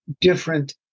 different